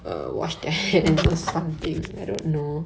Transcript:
mm